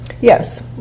Yes